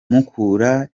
mukura